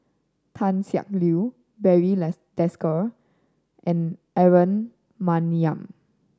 Tan Siak Kew Barry Desker and Aaron Maniam